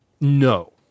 no